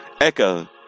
Echo